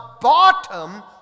bottom